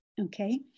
okay